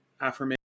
affirmation